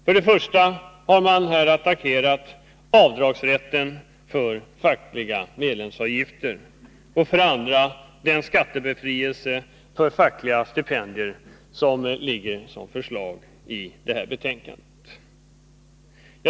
Man har först och främst attackerat avdragsrätten för fackliga medlemsavgifter och för det andra den skattebefrielse för fackliga stipendier som föreslås i betänkandet.